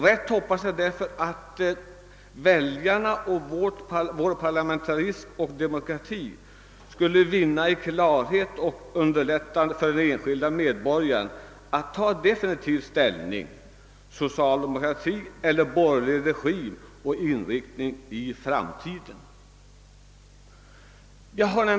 Jag hoppas det främst därför att vår parlamentarism och demokrati då skulle vinna i klarhet, samtidigt som det skulle underlätta för enskilda medborgare att ia definitiv ställning till frågan: Socialdemokrati eller borgerlig regim och inriktning i framtiden?